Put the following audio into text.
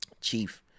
chief